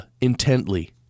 intently